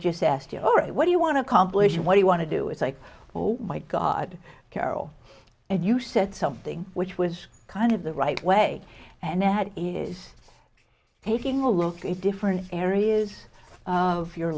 just asked you what do you want to accomplish what you want to do it's like oh my god carol and you said something which was kind of the right way and that is taking a look at different areas of your